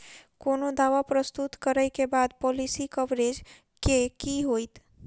कोनो दावा प्रस्तुत करै केँ बाद पॉलिसी कवरेज केँ की होइत?